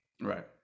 Right